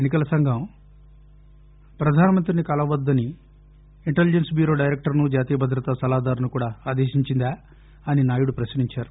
ఎన్ని కల సంఘం ప్రధానమంత్రిని కలవద్దని ఇంటెల్జెన్స్ బ్యూరో డైరెక్టర్ను జాతీయ భద్రత సలహాదారును కూడా ఆదేశించిందా అని నాయుడు ప్రశ్నించారు